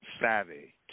savvy